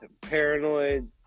paranoid